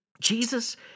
Jesus